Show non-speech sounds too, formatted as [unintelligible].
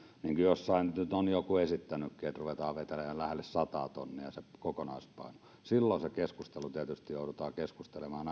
niin kuin jossain nyt nyt on joku esittänytkin että rupeaa vetelemään jo lähelle sataa tonnia se kokonaispaino silloin se keskustelu tietysti joudutaan keskustelemaan [unintelligible]